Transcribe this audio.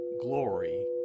glory